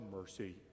mercy